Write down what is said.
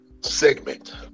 segment